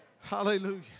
hallelujah